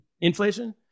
inflation